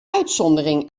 uitzondering